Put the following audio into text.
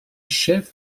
chef